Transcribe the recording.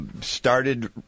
started